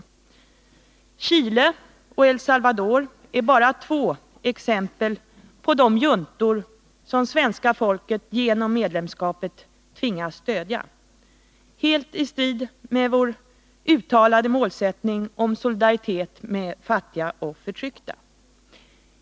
Regimerna i Chile och El Salvador är bara två exempel på de juntor som svenska folket genom medlemskapet tvingas stödja — helt i strid med vår uttalade målsättning om solidaritet med fattiga och förtryckta.